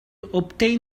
obtain